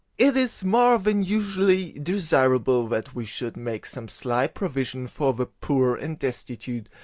it is more than usually desirable that we should make some slight provision for the poor and destitute,